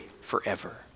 forever